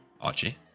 Archie